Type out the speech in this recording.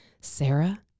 Sarah